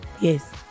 yes